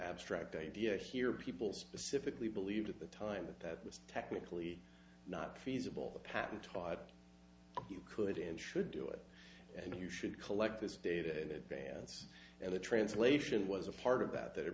abstract idea here people specifically believed at the time that that was technically not feasible the patent taught you could and should do it and you should collect this data in advance and the translation was a part of that that